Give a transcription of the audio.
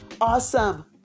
awesome